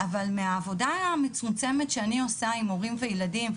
מהעבודה המצומצמת שאני עושה עם הורים וילדים,